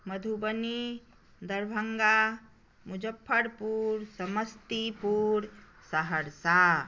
Madhubani Darbhanga Muzaffarpur Samastipur Saharsa